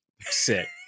sick